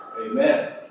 Amen